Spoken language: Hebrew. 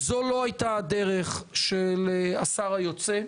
זו לא הייתה הדרך של השר היוצא.